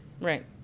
right